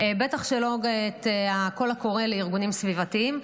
בטח שלא את הקול הקורא לארגונים סביבתיים.